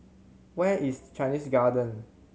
where is Chinese Garden